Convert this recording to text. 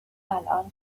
الان